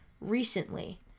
recently